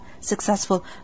successful